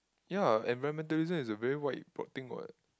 ya environmentalism is a very wide broad thing what